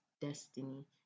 destiny